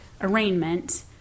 arraignment